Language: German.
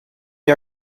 die